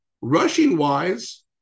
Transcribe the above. Rushing-wise